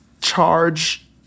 charge